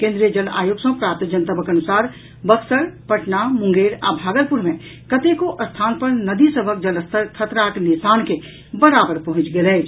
केन्द्रीय जल आयोग सॅ प्राप्त जनतबक अनुसार बक्सर पटना मुंगेर आ भागलपुर मे कतेको स्थान पर नदी सभक जलस्तर खतराक निशान के बराबर पहुंचि गेल अछि